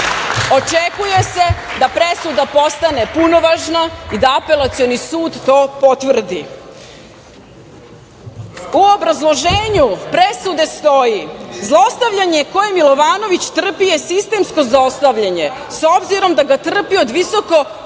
Očekuje se da presuda postane punovažna i da Apelacioni sud to potvrdi. U obrazloženju presude stoji – zlostavljanje koje Milovanović trpi je sistemsko zlostavljanje, s obzirom da ga trpi od visoko pozicionirane